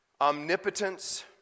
omnipotence